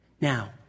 Now